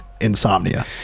insomnia